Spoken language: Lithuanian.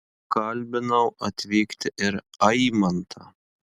kalbinau atvykti ir aimantą